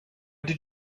did